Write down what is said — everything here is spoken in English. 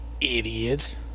idiots